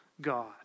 God